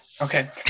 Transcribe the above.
Okay